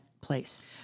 place